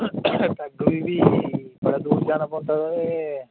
पैग्ग बी भी बड़े दूर जाना पौंदा ते